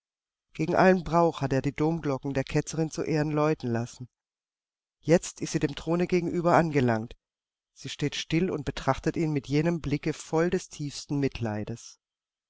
gegen allen brauch hat er die domglocken der ketzerin zu ehren läuten lassen jetzt ist sie dem throne gegenüber angelangt sie steht still und betrachtet ihn mit jenem blicke voll des tiefsten mitleids